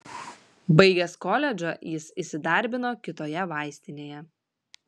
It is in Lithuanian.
baigęs koledžą jis įsidarbino kitoje vaistinėje